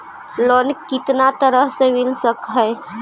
Loan कितना तरह से मिल सक है?